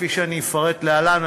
כפי שאני אפרט להלן,